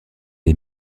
les